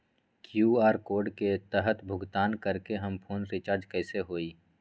QR code के तहद भुगतान करके हम फोन रिचार्ज कैसे होई?